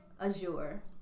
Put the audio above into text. Azure